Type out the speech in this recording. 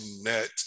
net